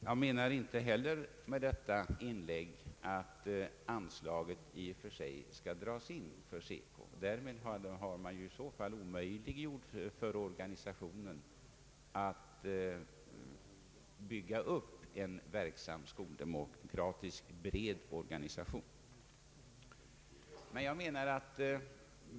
Jag menar med detta inlägg inte heller att anslaget till SECO skall dras in. Därmed skulle man ju ha omöjliggjort för organisationen att bygga upp en verksam skoldemokratisk bred organisation.